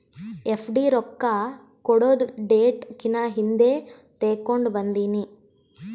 FD ರೊಕ್ಕಾ ಕೊಡದು date ಕಿನಾ ಹಿಂದೆ ತೇಕೊಂಡ್ ಬಂದಿನಿ